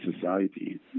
society